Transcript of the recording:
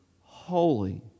holy